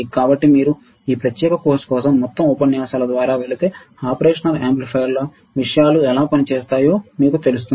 కాబట్టి మీరు ఈ ప్రత్యేకమైన కోర్సు కోసం మొత్తం ఉపన్యాసాల ద్వారా వెళితే ఆపరేషనల్ యాంప్లిఫైయర్ల విషయాలు ఎలా పని చేస్తాయో మీకు తెలుస్తుంది